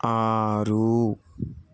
ఆరు